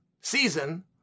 season